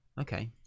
Okay